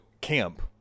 camp